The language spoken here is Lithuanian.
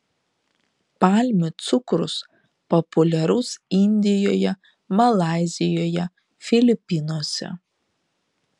palmių cukrus populiarus indijoje malaizijoje filipinuose